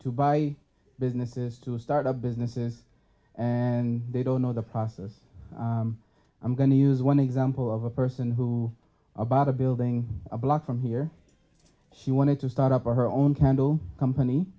to buy businesses to start up businesses and they don't know the process i'm going to use one example of a person who i bought a building a block from here she wanted to start up her own candle company